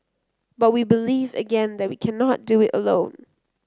but we believe again that we cannot do it alone